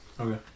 okay